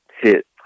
hit